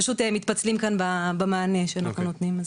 פשוט מתפצלים במענה שאנחנו נותנים.